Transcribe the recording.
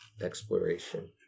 exploration